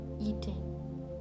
eating